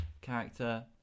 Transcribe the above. character